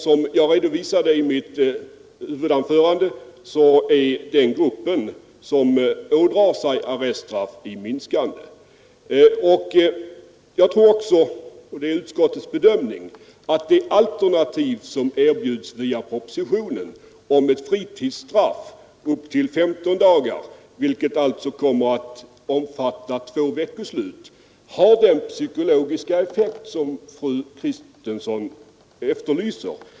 Som jag redovisade i mitt huvudanförande minskar den grupp som ådrar sig arreststraff. Utskottet bedömer det så att de alternativ som föreslås i propositionen, bl.a. ett fritidsstraff på upp till 15 dagar — vilket alltså kommer att omfatta två veckoslut — har den psykologiska effekt som fru Kristensson efterlyser.